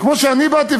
שכמו שאני באתי,